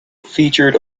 featured